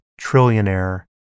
trillionaire